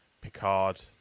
Picard